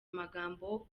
amagambo